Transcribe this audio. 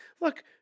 Look